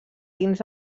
dins